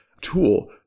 tool